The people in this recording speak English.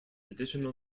additional